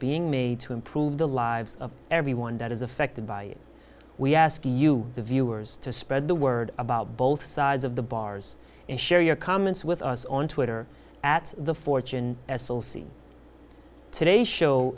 being made to improve the lives of everyone that is affected by it we ask you the viewers to spread the word about both sides of the bars and share your comments with us on twitter at the fortune as today show